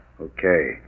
Okay